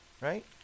Right